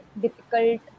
difficult